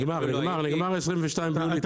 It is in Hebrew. נגמר נגמר נגמר 22' ביולי.